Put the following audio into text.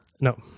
No